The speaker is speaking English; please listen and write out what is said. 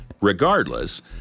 Regardless